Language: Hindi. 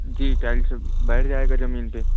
जी टाइल्स बैठ जाएगा जमीन पर